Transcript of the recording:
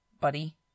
buddy